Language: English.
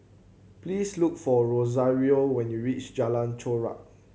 please look for Rosario when you reach Jalan Chorak